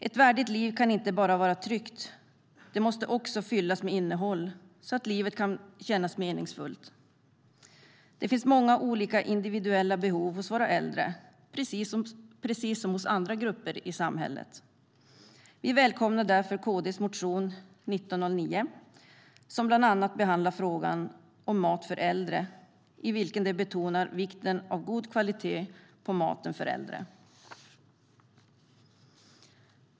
Ett värdigt liv ska inte bara vara tryggt - det måste också fyllas med innehåll så att livet kan kännas meningsfullt. Det finns många olika individuella behov hos våra äldre, precis som hos andra grupper i samhället. Vi välkomnar därför KD:s motion 1909, som bland annat behandlar frågan om mat för äldre och i vilken man betonar vikten av god kvalitet på maten för äldre.